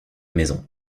maison